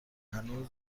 هنوز